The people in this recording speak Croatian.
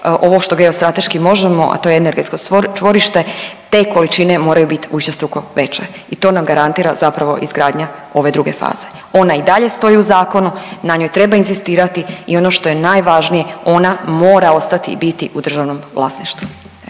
ovo što geostrateški možemo, a to je energetsko čvorište te količine moraju biti višestruko veće i to nam garantira zapravo izgradnja ove druge faze. Ona i dalje stoji u zakonu, na njoj treba inzistirati i ono što je najvažnije ona mora ostati i biti u državnom vlasništvu.